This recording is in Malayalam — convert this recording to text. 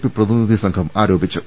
പി പ്രതിനിധി സംഘം ആരോപിച്ചു